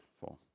Four